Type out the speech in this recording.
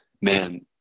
man